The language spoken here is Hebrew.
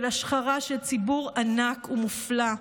של השחרה של ציבור ענק ומופלא,